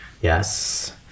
Yes